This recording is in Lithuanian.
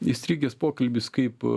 įstrigęs pokalbis kaip